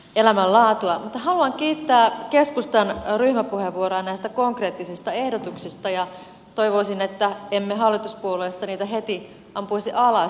mutta haluan kiittää keskustan ryhmäpuheenvuoroa näistä konkreettisista ehdotuksista ja toivoisin että emme hallituspuolueista niitä heti ampuisi alas